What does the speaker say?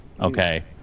okay